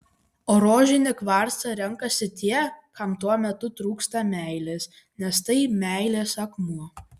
o rožinį kvarcą renkasi tie kam tuo metu trūksta meilės nes tai meilės akmuo